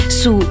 su